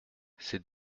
ces